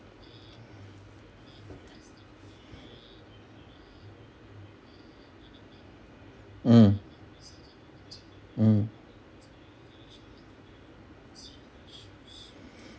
mm mm